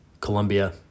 Colombia